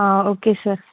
okay sir